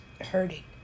hurting